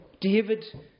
David